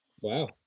Wow